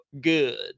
good